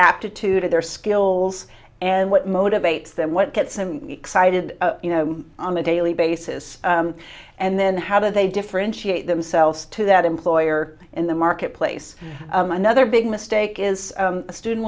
aptitude their skills and what motivates them what gets them excited you know on a daily basis and then how do they differentiate themselves to that employer or in the marketplace another big mistake is a student